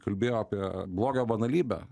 kalbėjo apie blogio banalybę